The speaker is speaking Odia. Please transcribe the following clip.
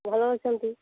ଭଲ ଅଛନ୍ତି